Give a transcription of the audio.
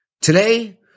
Today